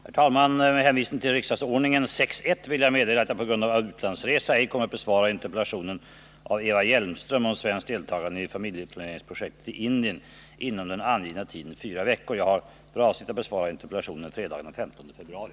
Herr talman! Med hänvisning till riksdagsordningens 6 kap. 15§ vill jag meddela att jag på grund av utlandsresa ej kommer att besvara interpellationen av Eva Hjelmström om svenskt deltagande i familjeplaneringsprojekt i Indien inom den angivna tiden fyra veckor. Jag har för avsikt att besvara interpellationen fredagen den 15 februari.